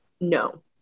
No